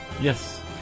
Yes